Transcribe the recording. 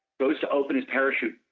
goes to open his parachute,